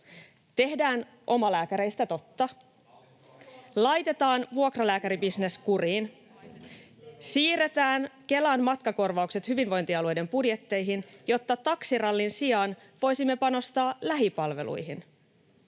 Tehdään omalääkäreistä totta. Laitetaan vuokralääkäribisnes kuriin. Siirretään Kelan matkakorvaukset hyvinvointialueiden budjetteihin, jotta taksirallin sijaan voisimme panostaa lähipalveluihin.